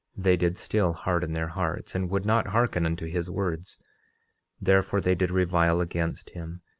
they did still harden their hearts and would not hearken unto his words therefore they did revile against him,